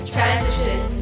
Transition